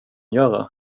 göra